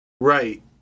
right